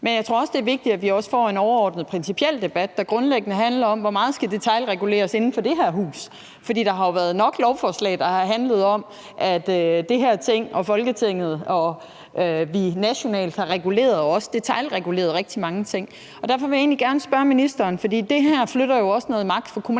Men jeg tror også, det er vigtigt, at vi får en overordnet, principiel debat, der grundlæggende handler om, hvor meget der skal detailreguleres inde fra det her hus. For der har jo været nok lovforslag, der har handlet om, at det her Folketing nationalt har detailreguleret rigtig mange ting. Derfor vil jeg egentlig gerne spørge ministeren om noget. Det her flytter jo også noget magt fra kommunalbestyrelsen